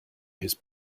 his